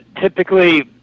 Typically